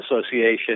Association